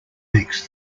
makes